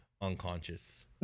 unconscious